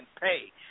pay